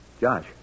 Josh